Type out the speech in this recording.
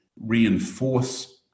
reinforce